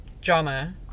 drama